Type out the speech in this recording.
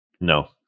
No